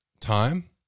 time